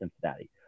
Cincinnati